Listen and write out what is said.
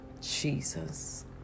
Jesus